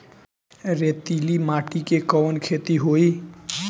रेतीली माटी में कवन खेती होई?